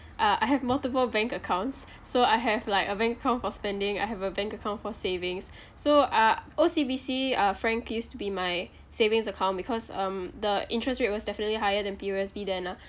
uh I have multiple bank accounts so I have like a bank account for spending I have a bank account for savings so uh O_C_B_C uh frank used to be my savings account because um the interest rate was definitely higher than P_O_S_B than uh